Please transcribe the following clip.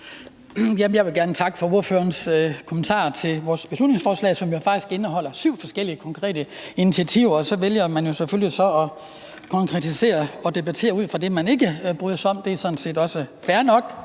Jeg vil gerne takke for ordførerens kommentar til vores beslutningsforslag, som jo faktisk indeholder syv forskellige konkrete initiativer, men man vælger så selvfølgelig at konkretisere og debattere ud fra det, man ikke bryder sig om. Det er sådan set også fair nok,